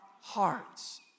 hearts